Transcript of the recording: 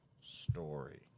story